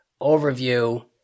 overview